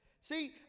See